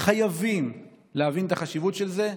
חייבים להבין את החשיבות של זה.